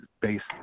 based